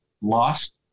lost